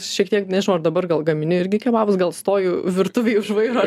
šiek tiek nežinau ar dabar gal gamini irgi kebabus gal stoju virtuvėj už vairo